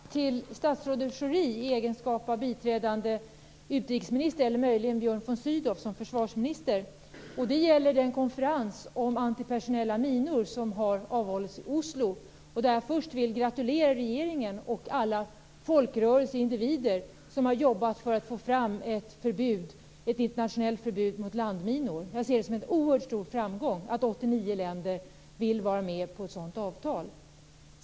Fru talman! Jag har en fråga till statsrådet Pierre Schori i hans egenskap av biträdande utrikesminister eller möjligen till Björn von Sydow i hans egenskap av försvarsminister. Det gäller den konferens om antipersonella minor som har avhållits i Oslo. Först vill jag gratulera regeringen, alla folkrörelser och individer som har arbetat för att få fram ett internationellt förbud mot landminor. Jag ser det som en oerhört stor framgång att 89 länder vill ingå ett sådant avtal.